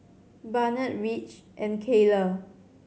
Barnett Ridge and Kayla